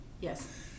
Yes